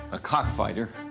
a cockfighter,